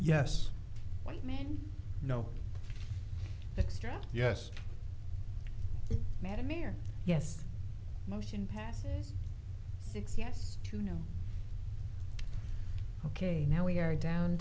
yes white man no extra yes madam mayor yes motion past six yes to no ok now we are down